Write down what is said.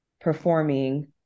performing